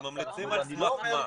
אתם ממליצים על סמך מה?